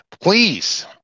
Please